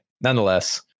nonetheless